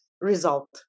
result